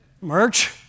Merch